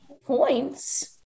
points